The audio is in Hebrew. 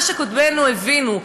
מה שקודמינו הבינו,